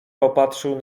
popatrzył